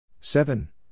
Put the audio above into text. seven